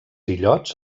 illots